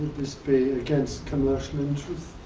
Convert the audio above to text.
be against commercial interest?